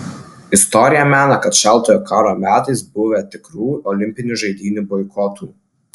istorija mena kad šaltojo karo metais buvę tikrų olimpinių žaidynių boikotų